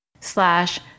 slash